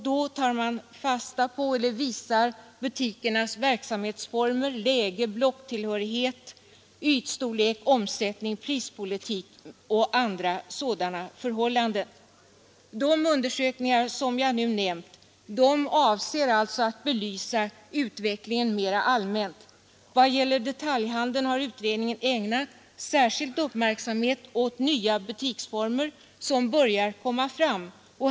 Då tar man fasta på butikernas verksamhetsformer, läge, blocktillhörighet, ytstorlek, omsättning, prispolitik och andra sådana förhållanden. De undersökningar jag nu nämnt avser att belysa utvecklingen mera allmänt. Inom detaljhandeln har utredningen ägnat särskild uppmärksamhet åt nya butiksformer som börjar komma fram.